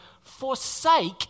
Forsake